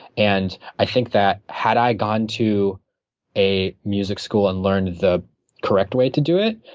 and i think that had i gone to a music school and learned the correct way to do it,